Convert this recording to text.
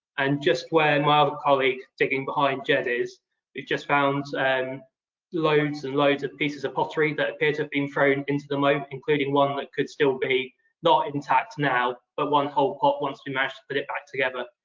and just where and my other colleague digging behind jed is, we've just found and loads and loads of pieces of pottery that appear to have been thrown into the moat, including one that could still be not intact now, but one whole pot once we've managed to put it back together.